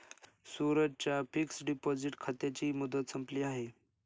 सूरजच्या fixed deposit खात्याची मुदत संपली आहे